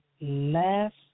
Last